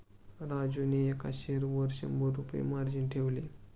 राजूने एका शेअरवर शंभर रुपये मार्जिन ठेवले